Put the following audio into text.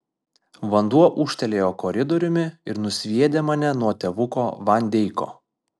vanduo ūžtelėjo koridoriumi ir nusviedė mane nuo tėvuko van deiko